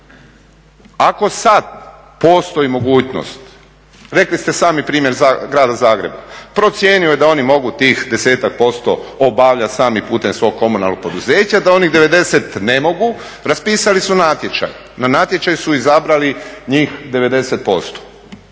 Ako sada postoji mogućnost, rekli ste sami primjer grada Zagreba, procjenjuje da oni mogu tih desetak posto obavljati sami putem svog komunalnog poduzeća, da onih devedeset ne mogu. Raspisali su natječaj, na natječaju su izabrali njih 90%.